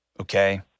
okay